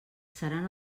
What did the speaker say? seran